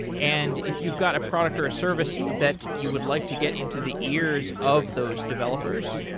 and if you've got a product or a service that you would like to get into the ears of those developers,